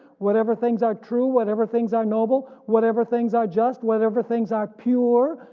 whatever things are true, whatever things are noble, whatever things are just, whatever things are pure,